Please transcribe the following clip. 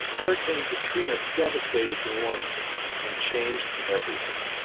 hurricane katrina devastated new orleans and changed everything.